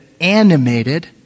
animated